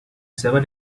seven